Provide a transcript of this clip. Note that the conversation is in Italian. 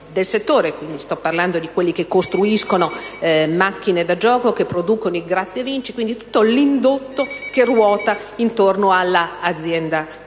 Sto parlando di coloro che costruiscono macchine da gioco, di coloro che producono i Gratta e Vinci: quindi di tutto l'indotto che ruota intorno all'azienda